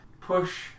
Push